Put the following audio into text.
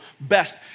best